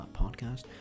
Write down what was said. Podcast